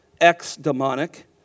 ex-demonic